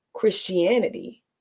Christianity